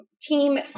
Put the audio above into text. team